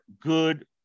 good